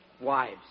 Wives